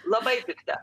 labai pikta